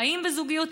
חיים בזוגיות,